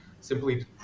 simply